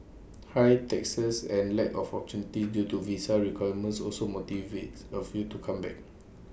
high taxes and lack of opportunities due to visa requirements also motivates A few to come back